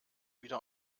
wieder